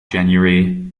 january